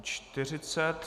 40.